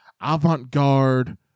avant-garde